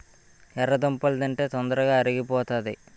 ఎర్రదుంపలు తింటే తొందరగా అరిగిపోతాది